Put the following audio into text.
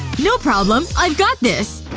no problem. i've got this